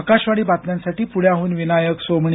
आकाशवाणी बातम्यांसाठी पृण्याहन विनायक सोमणी